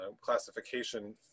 classification